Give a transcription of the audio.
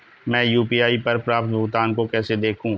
मैं यू.पी.आई पर प्राप्त भुगतान को कैसे देखूं?